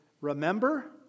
remember